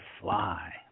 fly